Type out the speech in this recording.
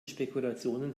spekulationen